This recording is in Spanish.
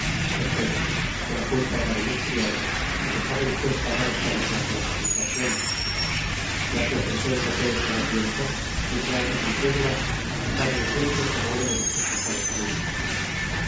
esto es que la culpa era de mis criados y que estaba dispuesto á daros toda clase de satisfacciones ya que os encuentro pues tan á tiempo dignaos admitirlas y contadme siempre como uno de vuestros mejores amigos